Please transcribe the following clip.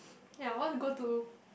ya I want to go to